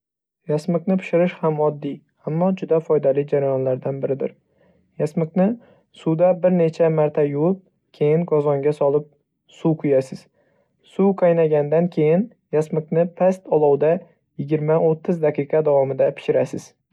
Yasmiqni pishirish ham oddiy, ammo juda foydali jarayonlardan biridir. Yasmiqni suvda bir necha marta yuvib, keyin qozonga solib suv quyasiz. Suv qaynagandan keyin, yasmiqni past olovda yigirma-o'ttiz daqiqa davomida pishirasiz.